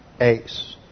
ace